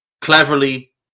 cleverly